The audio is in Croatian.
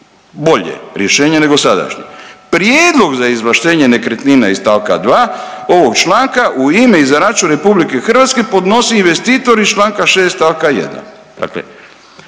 Bolje, rješenje nego sadašnje. Prijedlog za izvlaštenje nekretnina iz stavka 2. ovog članka u ime i za račun RH podnosi investitor iz Članka 6. stavka 1.